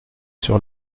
sur